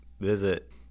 visit